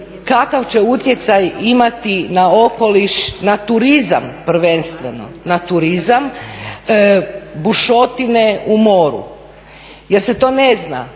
kakav će utjecaj imati na okoliš, na turizam prvenstveno bušotine u moru. Jer se to ne zna.